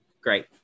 great